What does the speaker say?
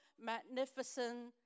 magnificent